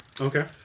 Okay